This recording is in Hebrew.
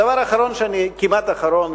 דבר כמעט אחרון,